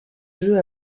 jeux